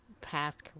past